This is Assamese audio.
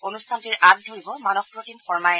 অনুষ্ঠানটিৰ আঁত ধৰিব মানস প্ৰতিম শৰ্মাই